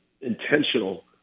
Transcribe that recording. intentional